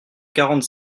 quarante